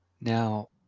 now